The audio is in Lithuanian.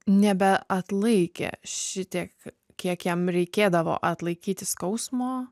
nebeatlaikė šitiek kiek jam reikėdavo atlaikyti skausmo